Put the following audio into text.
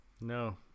No